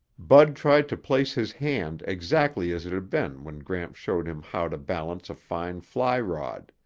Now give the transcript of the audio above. bud tried to place his hand exactly as it had been when gramps showed him how to balance a fine fly rod.